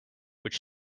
which